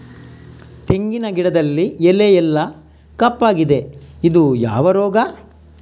ತೆಂಗಿನ ಗಿಡದಲ್ಲಿ ಎಲೆ ಎಲ್ಲಾ ಕಪ್ಪಾಗಿದೆ ಇದು ಯಾವ ರೋಗ?